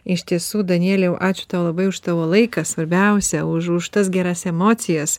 iš tiesų danieliau ačiū tau labai už tavo laiką svarbiausia už už tas geras emocijas